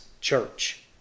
church